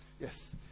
Yes